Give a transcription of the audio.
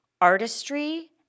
artistry